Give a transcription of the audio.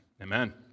amen